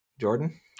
Jordan